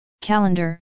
calendar